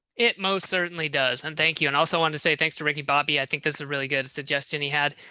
it most certainly does. and thank you and also want to say thanks to ricky bobby. i think this is a really good suggestion he had,